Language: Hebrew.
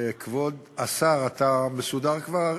כבוד השר, אתה מסודר כבר?